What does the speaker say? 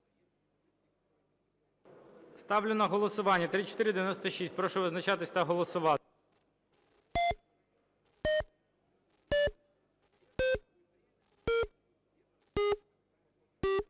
Ставлю на голосування 3256. Прошу визначатись та голосувати.